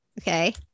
Okay